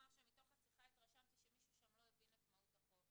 ומתוך השיחה היה לי הרושם שמישהו שם לא הבין את מהות החוק.